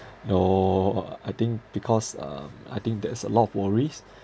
no uh I think because um I think there's a lot of worries